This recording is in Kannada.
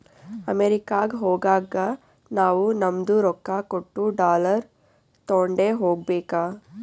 ಅಮೆರಿಕಾಗ್ ಹೋಗಾಗ ನಾವೂ ನಮ್ದು ರೊಕ್ಕಾ ಕೊಟ್ಟು ಡಾಲರ್ ತೊಂಡೆ ಹೋಗ್ಬೇಕ